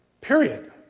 Period